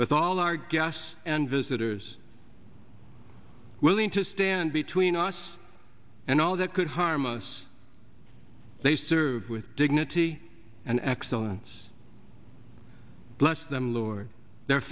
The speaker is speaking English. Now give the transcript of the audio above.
with all our guests and visitors willing to stand between us and all that could harm us they serve with dignity and excellence bless them lord their